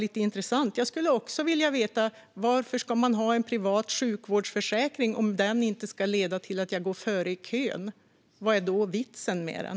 Jag skulle också vilja veta varför man ska ha en privat sjukvårdsförsäkring om den inte ska leda till att man får gå före i kön. Vad är då vitsen med den?